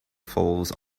falls